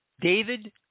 David